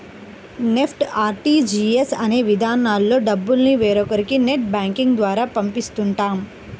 NEFT, RTGS అనే విధానాల్లో డబ్బుల్ని వేరొకరికి నెట్ బ్యాంకింగ్ ద్వారా పంపిస్తుంటాం